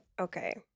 okay